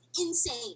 Insane